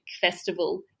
Festival